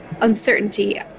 uncertainty